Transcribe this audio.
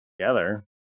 Together